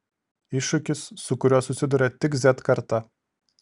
iššūkis su kuriuo susiduria tik z karta